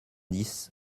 dix